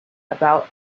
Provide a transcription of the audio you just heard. about